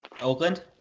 Oakland